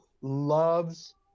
loves